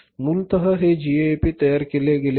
मूलतः हे जीएएपी तयार केले गेले आहे